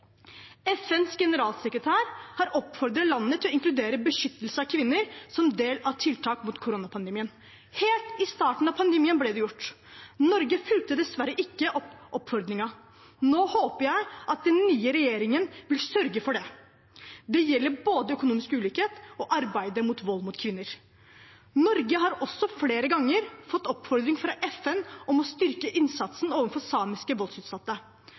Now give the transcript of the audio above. FNs generalsekretær har oppfordret landene til å inkludere beskyttelse av kvinner som en del av tiltakene mot koronapandemien. Helt i starten av pandemien ble det gjort. Norge fulgte dessverre ikke opp oppfordringen. Nå håper jeg at den nye regjeringen vil sørge for det. Det gjelder både økonomisk ulikhet og arbeidet mot vold mot kvinner. Norge har også flere ganger fått oppfordring fra FN om å styrke innsatsen overfor samiske voldsutsatte.